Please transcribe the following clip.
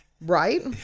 right